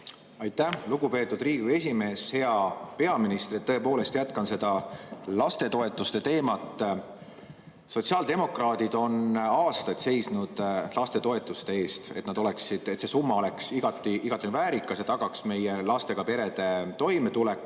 Aitäh, lugupeetud Riigikogu esimees! Hea peaminister! Tõepoolest jätkan lastetoetuste teemal. Sotsiaaldemokraadid on aastaid seisnud lastetoetuste eest, et see summa oleks igati väärikas ja tagaks meie lastega perede toimetuleku.